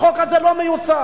החוק הזה לא מיושם.